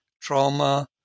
trauma